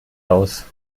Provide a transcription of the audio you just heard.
aus